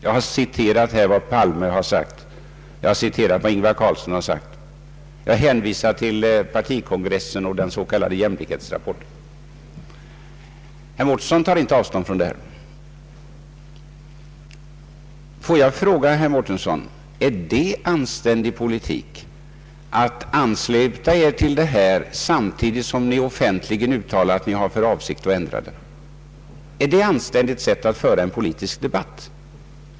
Jag har citerat vad herrar Palme och Ingvar Carlsson yttrat, och jag hänvisar till partikongressen och till den s.k. jämlikhetsrapporten. Herr Mårtensson tar inte avstånd från detta. Får jag fråga herr Mårtensson om det är anständig politik att ni ansluter er till detta samtidigt som ni offentligen uttalar att ni har för avsikt att göra ändringar. Är det ett anständigt sätt att föra en politisk debatt?